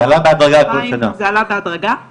זה עלה בהדרגה כל שנה.